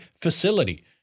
facility